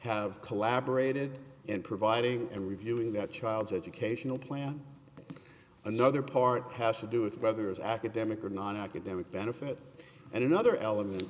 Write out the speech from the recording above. have collaborated in providing and reviewing a child's educational plan another part has to do with whether it's academic or non academic benefit and another element